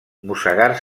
mossegar